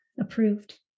approved